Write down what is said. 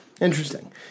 Interesting